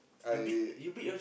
I